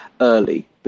early